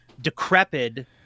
decrepit